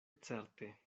certe